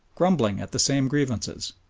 grumbling at the same grievances,